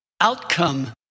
outcome